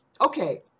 okay